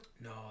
No